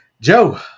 joe